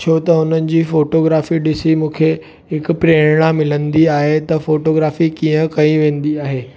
छो त हुननि जी फोटोग्राफी ॾिसी मूंखे हिकु प्रेरणा मिलंदी आहे त फोटोग्राफी कीअं कई वेंदी आहे